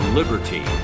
liberty